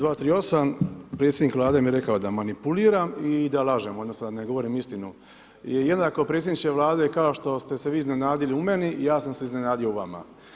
238, predsjednik Vlade mi rekao da manipuliram i da lažem odnosno da ne govorim istinu je jednako predsjedniče Vlade kao što ste se vi iznenadili u meni, ja sam se iznenadio u vama.